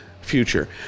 Future